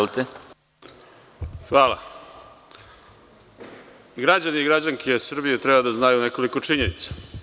Građani i građanke Srbije treba da znaju nekoliko činjenica.